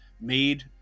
made